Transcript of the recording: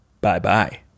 bye-bye